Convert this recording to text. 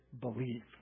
believe